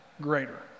greater